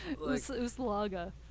Uslaga